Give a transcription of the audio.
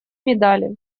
медали